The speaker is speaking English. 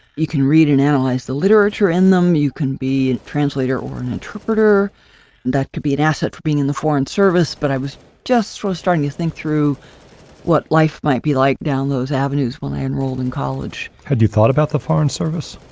you can read and analyze the literature in them, you can be a translator or an interpreter that could be an asset for being in the foreign service. but i was just so starting to think through what life might be like down those avenues while i enrolled in college. have you thought about the foreign service?